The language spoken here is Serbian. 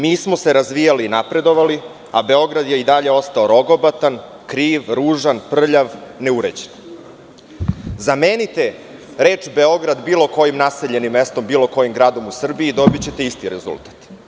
Mi smo se razvijali i napredovali, a Beograd je i dalje ostao rogobatan, kriv, ružan, prljav, neuređen.“ Zamenite reč: „Beograd“ bilo kojim naseljenim mestom, bilo kojim gradom u Srbiji i dobićete isti rezultat.